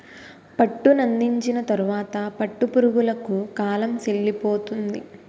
పట్టునందించిన తరువాత పట్టు పురుగులకు కాలం సెల్లిపోతుంది